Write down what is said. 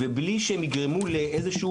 בלי לגרום לאיזו